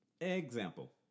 Example